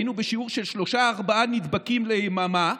היינו בשיעור של שלושה-ארבעה נדבקים ליממה,